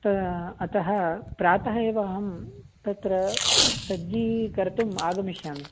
अतः प्रातः एव अहं तत्र सज्जीकर्तुम् आगमिष्यामि